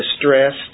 distressed